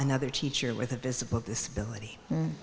another teacher with a visible disability